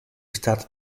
started